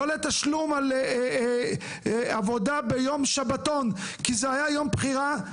לא לתשלום עבודה ביום שבתון כי זה היה יום בחירה,